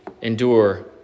endure